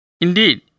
Indeed